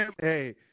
Hey